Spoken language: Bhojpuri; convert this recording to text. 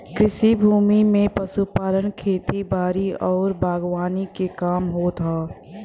कृषि भूमि में पशुपालन, खेती बारी आउर बागवानी के काम होत हौ